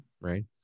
Right